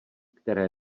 které